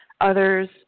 others